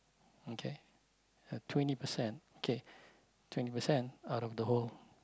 okay twenty percent K twenty percent out of the whole